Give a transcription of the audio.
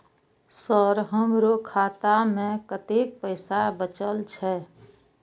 Sir हमरो खाता में कतेक पैसा बचल छे?